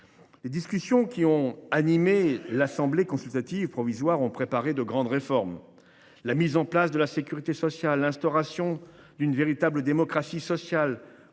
Les discussions qui ont animé l’Assemblée consultative provisoire ont préparé de grandes réformes : la création de la sécurité sociale ; l’instauration d’une véritable démocratie sociale